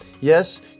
Yes